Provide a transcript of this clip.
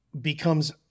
becomes